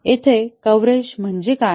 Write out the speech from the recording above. येथे कव्हरेज म्हणजे काय